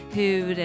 hur